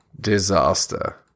Disaster